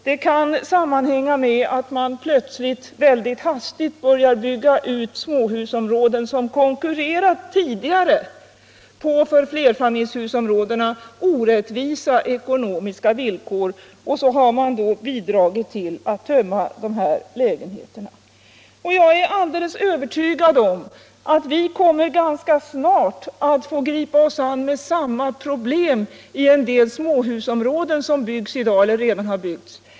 Det kan sammanhänga med att man plötsligt börjar bygga ut småhusområden, som tidigare konkurrerade på för flerfamiljshusen orättvisa ekonomiska villkor. På så sätt har man bidragit till att tömma de här lägenheterna. Jag är alldeles övertygad om att vi ganska snart kommer att få gripa oss an med samma problem i en del småhusområden som byggs i dag eller som redan har byggts.